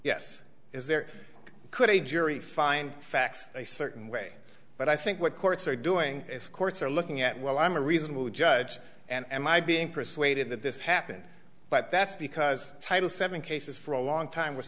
yes is there could a jury find facts a certain way but i think what courts are doing is courts are looking at well i'm a reasonable judge and my being persuaded that this happened but that's because title seven cases for a long time w